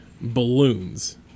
balloons